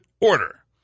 order